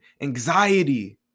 anxiety